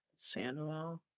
Sandwell